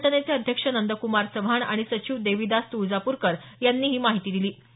संघटनेचे अध्यक्ष नंद्कुमार चव्हाण आणि सचिव देविदास तुळजापूरकर यांनी ही माहिती दिली